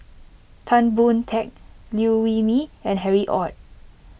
Tan Boon Teik Liew Wee Mee and Harry Ord